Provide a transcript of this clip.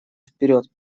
вперед